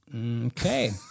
Okay